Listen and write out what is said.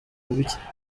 bike